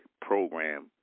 program